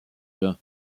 jean